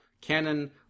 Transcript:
canon